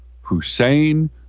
Hussein